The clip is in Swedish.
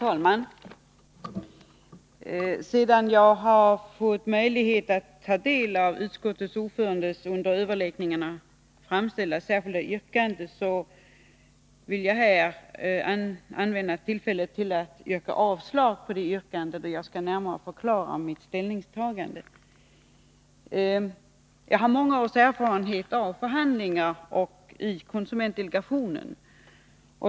Herr talman! Sedan jag fått möjlighet att ta del av utskottsordförandens under överläggningen framställda särskilda yrkande vill jag använda tillfället att yrka avslag på detta yrkande, och jag skall närmare förklara mitt ställningstagande. Jag har många års erfarenhet av förhandlingar i konsumentdelegationen.